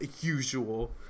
usual